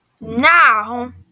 now